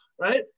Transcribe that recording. Right